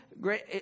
great